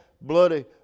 bloody